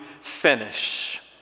finish